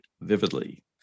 vividly